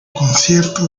concierto